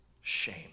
shame